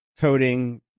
coding